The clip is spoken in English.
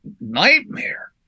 nightmare